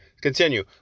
Continue